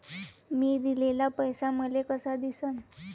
मी दिलेला पैसा मले कसा दिसन?